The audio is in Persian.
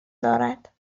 دارد